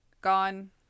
gone